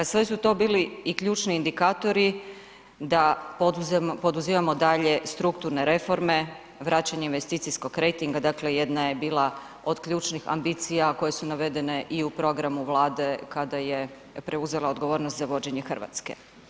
Sve su to bili i ključni indikatori da poduzimamo dalje strukturne reforme, vraćanje investicijskog rejtinga dakle, jedna je bila od ključnih ambicija koje su navedene i u programu Vlade kada je preuzela odgovornost za vođenje Hrvatske.